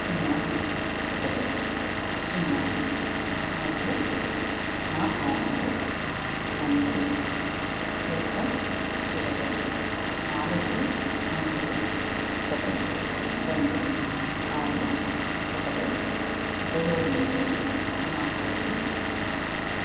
సున్నా ఒకటి సున్నా మరియు నా పాస్పోర్ట్ నెంబరు యొక్క చివరి నాలుగు అంకెలు ఒకటి రెండు ఆరు ఒకటి ఉపయోగించి నా కోసం